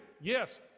yes